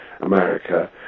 America